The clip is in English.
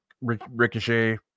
Ricochet